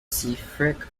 frick